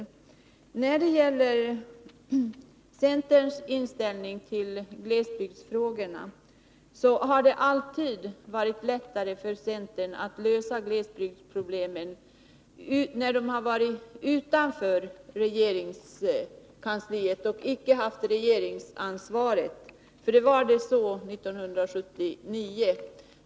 I fråga om centerns inställning till glesbygdsfrågorna vill jag säga att det alltid har varit lättare för centern att lösa glesbygdsproblemen när partiet varit utanför regeringskansliet och således icke haft regeringsansvar. Det var så 1979.